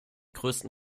größten